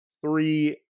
three